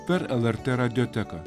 per lrt radioteką